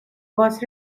was